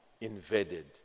invaded